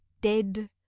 dead